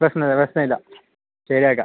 പ്രശ്നം ഇല്ല പ്രശ്നം ഇല്ല ശരിയാക്കാം